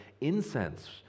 incense